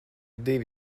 divi